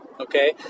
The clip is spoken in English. Okay